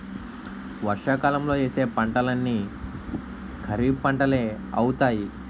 వర్షాకాలంలో యేసే పంటలన్నీ ఖరీఫ్పంటలే అవుతాయి